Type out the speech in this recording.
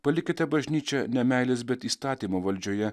palikite bažnyčia ne meilės bet įstatymo valdžioje